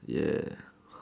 ya